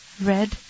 red